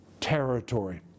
territory